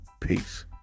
peace